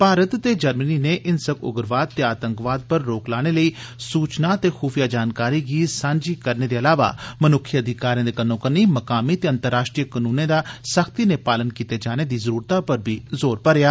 भारत ते जर्मनी नै हिंसक उग्रवाद ते आतंकवाद पर रोक लाने लेई सूचना ते खुफिया जानकारी गी सांझी करने दे इलावा मनुक्खी अधिकारें दे कन्नोकन्नी मकामी ते अंतर्राष्ट्रीय कनूने दा सख्ती नै पालन कीते जाने दी जरूरतै पर बी जोर भरेया